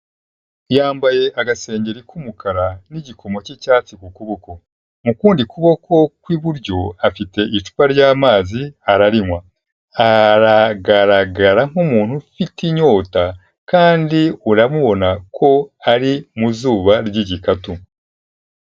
Yambaye agasengeri k'umukara n'igikomo cy'icyatsi ku kuboko, mu kundi kuboko kw'iburyo afite icupa ry'amazi, ararinywa. Aragaragara nk'umuntu ufite inyota kandi uramubona ko ari mu zuba ry'igikatu.